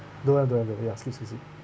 don't have don't have maybe ask you and see